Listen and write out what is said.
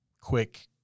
quick